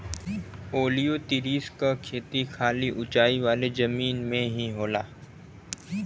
ओलियोतिरिस क खेती खाली ऊंचाई वाले जमीन में ही होला